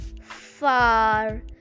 Far